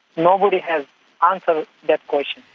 nobody has answered that question.